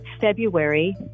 february